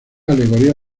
alegoría